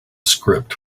script